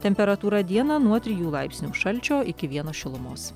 temperatūra dieną nuo trijų laipsnių šalčio iki vienos šilumos